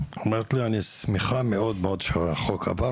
אומרת לי "אני שמחה מאד מאד שהחוק עבר,